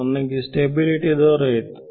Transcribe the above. ನನಗೆ ಸ್ಟೆಬಿಲಿಟಿ ದೊರೆಯಿತು